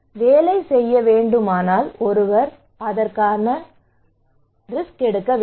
வேலை செய்ய வேண்டுமானால் ஒருவர் ரிஸ்க் எடுக்க வேண்டும்